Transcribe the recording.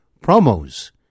promos